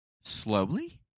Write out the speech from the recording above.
slowly